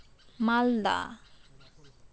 ᱢᱟᱞᱫᱟ